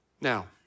Now